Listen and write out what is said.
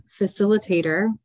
facilitator